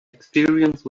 experience